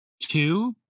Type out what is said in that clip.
two